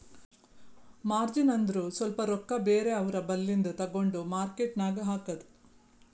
margin ಅಂದುರ್ ಸ್ವಲ್ಪ ರೊಕ್ಕಾ ಬೇರೆ ಅವ್ರ ಬಲ್ಲಿಂದು ತಗೊಂಡ್ ಮಾರ್ಕೇಟ್ ನಾಗ್ ಹಾಕದ್